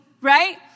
Right